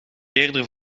eerder